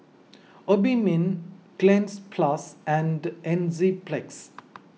Obimin Cleanz Plus and Enzyplex